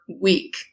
week